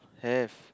have